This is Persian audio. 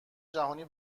جهانی